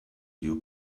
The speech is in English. your